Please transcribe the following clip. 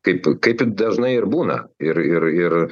kaip kaip dažnai ir būna ir ir ir